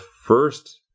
first